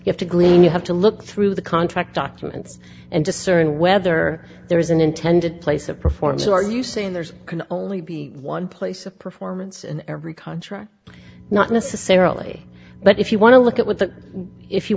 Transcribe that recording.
you have to gleen you have to look through the contract documents and discern whether there is an intended place of performance or are you saying there's can only be one place of performance in every contract not necessarily but if you want to look at what that if you